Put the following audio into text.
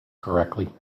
correctly